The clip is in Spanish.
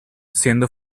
siendo